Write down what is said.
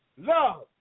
Love